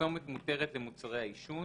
"פרסומת מותרת, למוצרי העישון"